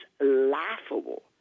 laughable